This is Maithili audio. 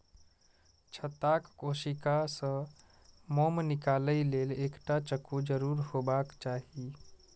छत्ताक कोशिका सं मोम निकालै लेल एकटा चक्कू जरूर हेबाक चाही